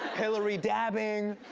hillary dabbing,